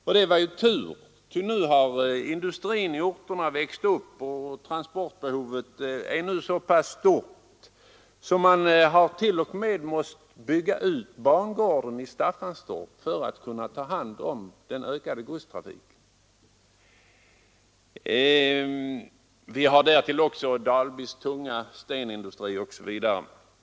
Och det var tur, ty nu har industrin i orterna växt upp och transportbehovet är så pass stort att man t.o.m. måst bygga ut bangården i Staffanstorp för att kunna ta hand om den ökade godstrafiken. Vi har därtill bl.a. också Dalbys tunga stenindustri.